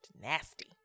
Nasty